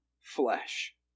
flesh